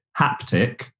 haptic